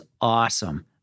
awesome